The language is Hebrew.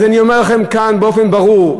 אני אומר לכם כאן באופן ברור,